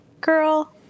girl